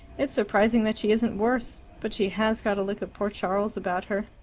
it's surprising that she isn't worse. but she has got a look of poor charles about her.